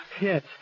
Yes